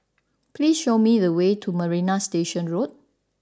please show me the way to Marina Station Road